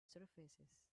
surfaces